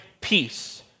peace